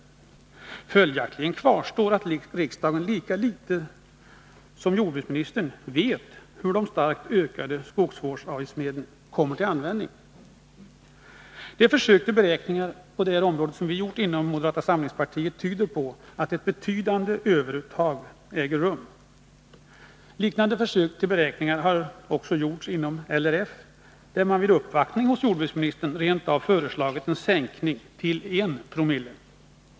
Följaktligen kvarstår att riksdagen lika litet som jordbruksministern vet hur de starkt ökade skogsvårdsavgiftsmedlen kommer till användning. Det försök till beräkningar som vi inom moderata samlingspartiet har gjort tyder på att ett betydande överuttag äger rum. Liknande försök till beräkningar har gjorts även inom LRF, som vid en uppvaktning hos jordbruksministern rent av föreslog en sänkning till 1 Zoo.